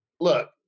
look